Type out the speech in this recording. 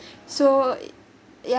so ya